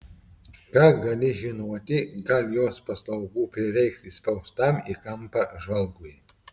ką gali žinoti gal jos paslaugų prireiks įspaustam į kampą žvalgui